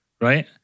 right